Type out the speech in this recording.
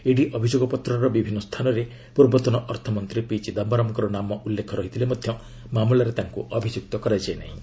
ED ଅଭିଯୋଗପତ୍ରର ବିଭିନ୍ନ ସ୍ଥାନରେ ପୂର୍ବତନ ଅର୍ଥମନ୍ତ୍ରୀ ପି ଚିଦାୟରମ୍ଙ୍କ ନାମ ଉଲ୍ଲେଖ କରିଥିଲେ ମଧ୍ୟ ମାମଲାରେ ତାଙ୍କୁ ଅଭିଯୁକ୍ତ କରିନାହିଁ